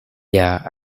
yeah